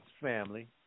family